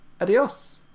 adios